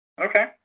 Okay